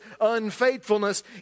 unfaithfulness